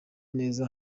neza